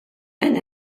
and